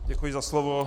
Děkuji za slovo.